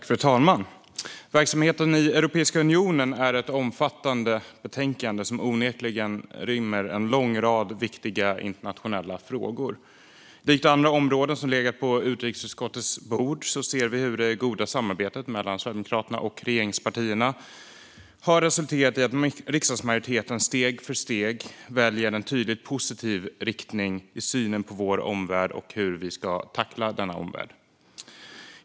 Fru talman! Verksamheten i Europeiska unionen under 2022 är ett omfattande betänkande som onekligen rymmer en lång rad viktiga internationella frågor. Liksom för andra områden som legat på utrikesutskottets bord ser vi hur det goda samarbetet mellan Sverigedemokraterna och regeringspartierna har resulterat i att riksdagsmajoriteten steg för steg väljer en tydligt positiv riktning i synen på vår omvärld och hur vi ska tackla denna omvärld.